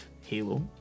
Halo